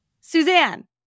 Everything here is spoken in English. Suzanne